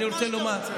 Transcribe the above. אני רוצה לומר,